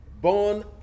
born